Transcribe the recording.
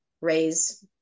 raise